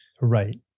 right